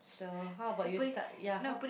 so how about you start ya how about